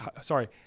sorry